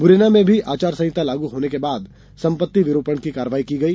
मुरैना में भी आचार संहिता लागू होने के बाद संपत्ति विरूपण की कार्यवाही की गई